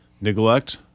neglect